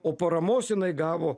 o paramos jinai gavo